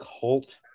cult